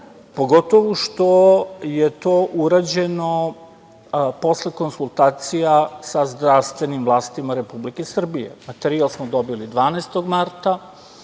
pogotovo što je to urađeno posle konsultacija sa zdravstvenim vlastima Republike Srbije. Materijal smo dobili 12. marta